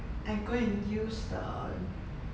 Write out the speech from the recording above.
I go and use the